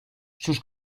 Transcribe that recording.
sus